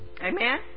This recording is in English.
Amen